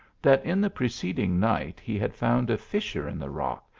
that in the preceding night he had found a fissure in the rock,